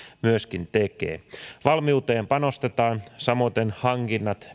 myöskin tekee valmiuteen panostetaan samoiten hankinnat